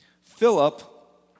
Philip